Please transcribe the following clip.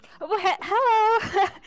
Hello